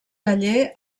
taller